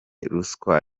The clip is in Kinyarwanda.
ruswa